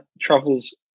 travels